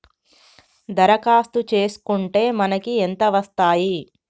దరఖాస్తు చేస్కుంటే మనకి ఎంత వస్తాయి?